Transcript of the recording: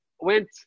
went